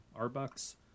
arbucks